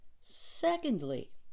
secondly